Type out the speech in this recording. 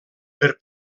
per